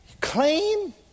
claim